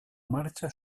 marxa